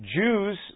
Jews